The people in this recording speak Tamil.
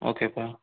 ஓகேப்பா